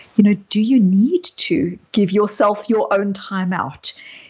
you know do you need to give yourself your own time out?